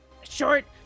short